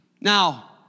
Now